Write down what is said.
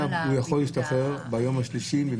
הוא יכול להשתחרר ביום השלישי?